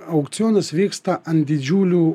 aukcionas vyksta ant didžiulių